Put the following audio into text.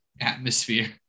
atmosphere